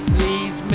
Please